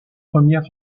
premières